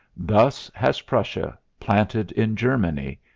thus has prussia, planted in germany,